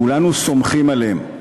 כולנו סומכים עליהם,